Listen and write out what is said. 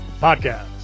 Podcast